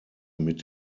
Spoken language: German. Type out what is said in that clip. mit